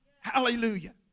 Hallelujah